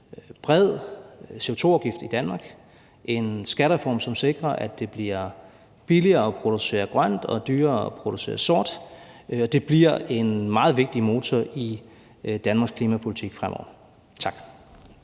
bred CO2-afgift i Danmark, en skattereform, som sikrer, at det bliver billigere at producere grønt og dyrere at producere sort. Det bliver en meget vigtig motor i Danmarks klimapolitik fremover. Tak.